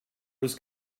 was